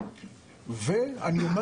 ואני אומר